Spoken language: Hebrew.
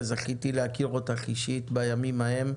וזכיתי להכיר אותך אישית בימים ההם,